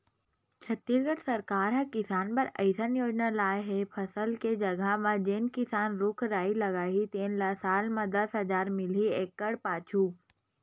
छत्तीसगढ़ सरकार ह किसान बर अइसन योजना लाए हे फसल के जघा म जेन किसान रूख राई लगाही तेन ल साल म दस हजार मिलही एकड़ पाछू